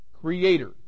creator